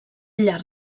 llarg